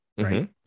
Right